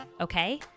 Okay